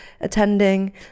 attending